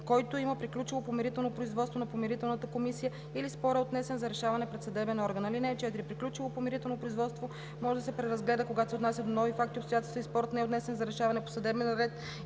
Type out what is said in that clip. който има приключило помирително производство на Помирителната комисия, или спорът е отнесен за решаване пред съдебен орган. (4) Приключило помирително производство може да се преразгледа, когато се отнася до нови факти и обстоятелства и спорът не е отнесен за решаване по съдебен ред